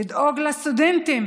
לדאוג לסטודנטים